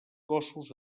cossos